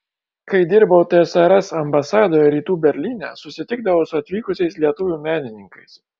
kai dirbau tsrs ambasadoje rytų berlyne susitikdavau su atvykusiais lietuvių menininkais